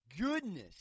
goodness